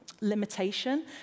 limitation